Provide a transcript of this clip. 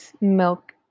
milk